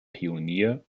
pionier